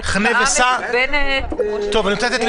קריאה >> יואב